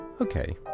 Okay